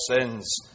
sins